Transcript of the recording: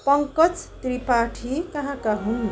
पङ्कज त्रिपाठी कहाँका हुन्